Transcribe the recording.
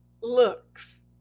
looks